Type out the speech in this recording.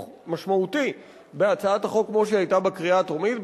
משמעותי בהצעת החוק כמו שהיא שהיתה בקריאה הטרומית.